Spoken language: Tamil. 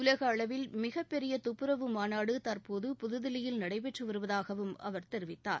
உலகளவில் மிகப்பெரிய துப்புரவு மாநாடு தற்போது புதுதில்லியில் நடைபெற்று வருவதாகவும் அவர் தெரிவித்தார்